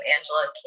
Angela